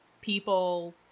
people